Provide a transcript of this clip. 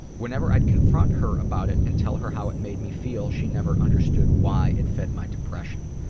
whenever i'd confront her about it and tell her how it made me feel she never understood why it fit my depression.